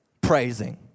praising